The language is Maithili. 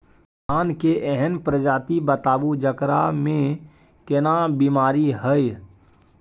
धान के एहन प्रजाति बताबू जेकरा मे कम बीमारी हैय?